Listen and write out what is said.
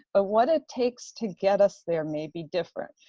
but what it takes to get us there may be different.